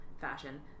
fashion